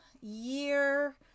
year